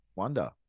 wonder